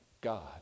God